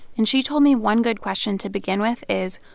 and she told me one good question to begin with is,